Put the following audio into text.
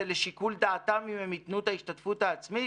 זה לשיקול דעתם אם הם ייתנו את ההשתתפות העצמית?